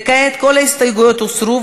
כעת כל ההסתייגויות הוסרו,